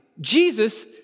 Jesus